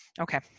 Okay